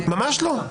ממש לא.